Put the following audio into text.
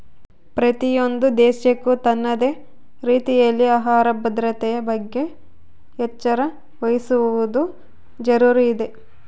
ಪ್ರತಿಯೊಂದು ದೇಶಕ್ಕೂ ತನ್ನದೇ ರೀತಿಯಲ್ಲಿ ಆಹಾರ ಭದ್ರತೆಯ ಬಗ್ಗೆ ಎಚ್ಚರ ವಹಿಸುವದು ಜರೂರು ಇದೆ